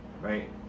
right